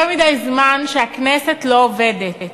יותר מדי זמן הכנסת לא עובדת.